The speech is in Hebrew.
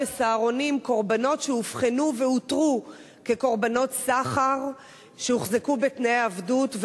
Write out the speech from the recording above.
ב"סהרונים" קורבנות שאובחנו ואותרו כקורבנות סחר שהוחזקו בתנאי עבדות,